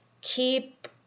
keep